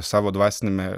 savo dvasiniame